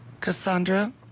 Cassandra